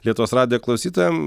lietuvos radijo klausytojam